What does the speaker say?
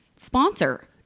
Sponsor